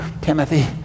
Timothy